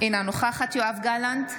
אינה נוכחת יואב גלנט,